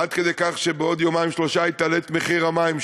עד כדי כך שבעוד יומיים-שלושה היא תעלה את מחיר המים,